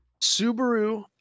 Subaru